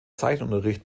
zeichenunterricht